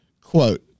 Quote